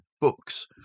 books